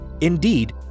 Indeed